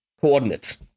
coordinates